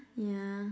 yeah